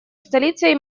столицей